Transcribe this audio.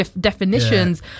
definitions